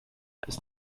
ist